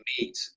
meet